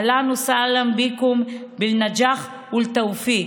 אהלן וסהלן ביכום, בא-נג'אח וא-תוופיק.